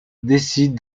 décide